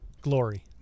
Glory